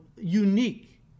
unique